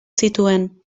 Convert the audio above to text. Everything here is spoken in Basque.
zituen